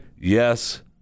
yes